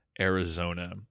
Arizona